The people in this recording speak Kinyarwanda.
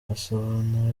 asobanura